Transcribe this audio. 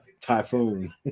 Typhoon